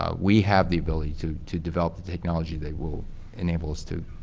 ah we have the ability to to develop the technology that will enable us to